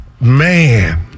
Man